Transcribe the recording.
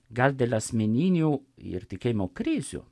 gal dėl asmeninių ir tikėjimo krizių